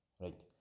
right